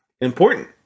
important